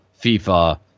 FIFA